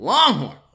Longhorn